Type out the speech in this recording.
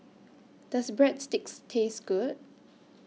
Does Breadsticks Taste Good